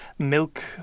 milk